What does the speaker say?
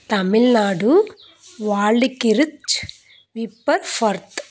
Tamil Nadu Waldkirch Wipperfurth